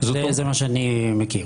זה מה שאני מכיר.